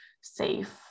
safe